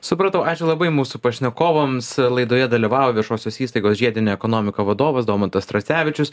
supratau ačiū labai mūsų pašnekovams laidoje dalyvavo viešosios įstaigos žiedinė ekonomika vadovas domantas tracevičius